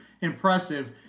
impressive